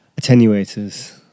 Attenuators